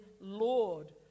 Lord